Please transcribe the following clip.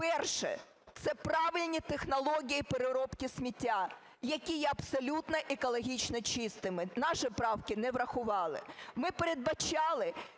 Перше. Це правильні технології переробки сміття, які є абсолютно екологічно чистими, наші правки не врахували. Ми передбачали,